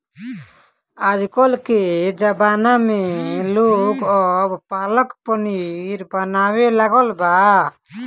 आजकल के ज़माना में लोग अब पालक पनीर बनावे लागल बा